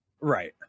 Right